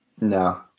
No